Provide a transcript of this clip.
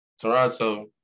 Toronto